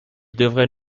devrait